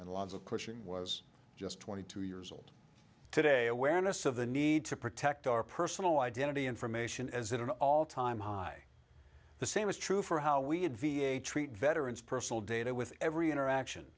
and lots of question was just twenty two years old today awareness of the need to protect our personal identity information as it an all time high the same is true for how we add v a treat veterans personal data with every interaction